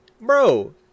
bro